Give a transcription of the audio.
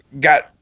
got